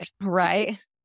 Right